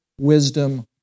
wisdom